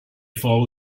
follow